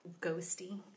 ghosty